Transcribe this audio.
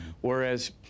Whereas